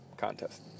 contest